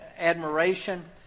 admiration